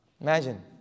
Imagine